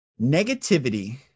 Negativity